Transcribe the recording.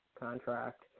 contract